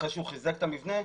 אחרי שחיזק את המבנה,